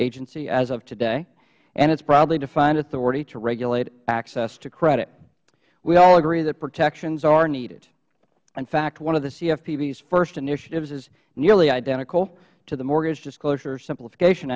agency as of today and its broadly defined authority to regulate access to credit we all agree that protections are needed in fact one of the cfpb's first initiatives is nearly identical to the mortgage disclosure simplification